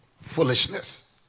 foolishness